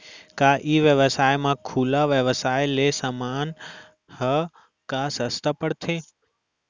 का ई व्यवसाय म खुला व्यवसाय ले समान ह का सस्ता पढ़थे?